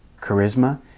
charisma